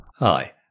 Hi